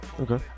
Okay